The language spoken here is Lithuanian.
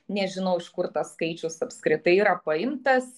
nežinau iš kur tas skaičius apskritai yra paimtas